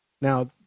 Now